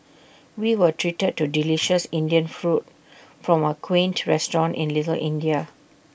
we were treated to delicious Indian food from A quaint restaurant in little India